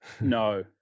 No